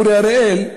אורי אריאל.